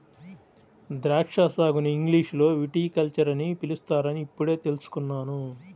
ద్రాక్షా సాగుని ఇంగ్లీషులో విటికల్చర్ అని పిలుస్తారని ఇప్పుడే తెల్సుకున్నాను